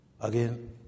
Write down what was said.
again